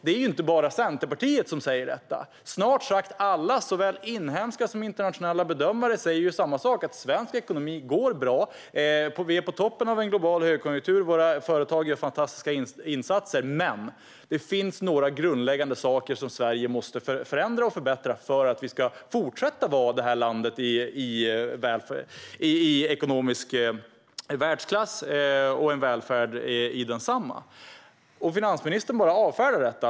Det är inte bara Centerpartiet som säger detta. Snart sagt alla såväl inhemska som internationella bedömare säger samma sak: Svensk ekonomi går bra. Vi är på toppen av en global högkonjunktur. Företagen gör fantastiska insatser. Men det finns några grundläggande saker som Sverige måste förändra och förbättra för att fortsätta vara ett land i ekonomisk världsklass och ha en välfärd på samma nivå. Finansministern avfärdar bara detta.